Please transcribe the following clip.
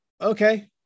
okay